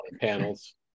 panels